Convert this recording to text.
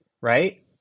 right